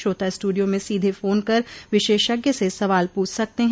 श्रोता स्ट्रडियो में सीधे फोन कर विशेषज्ञ से सवाल प्रछ सकते हैं